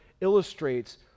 illustrates